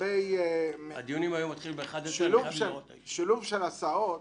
לגבי שילוב של הסעות